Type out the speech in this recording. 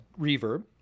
reverb